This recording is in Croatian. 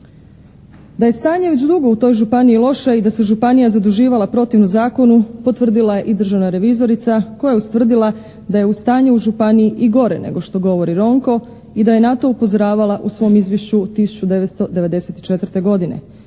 Da je stanje već dugo u toj županiji loše i da se županija zaduživala protivno zakonu potvrdila je i državna revizorica koja je ustvrdila da je stanje u županiji i gore nego što govori Ronko i da je na to upozoravala u svom izvješću 1994. godine.